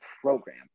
program